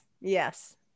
Yes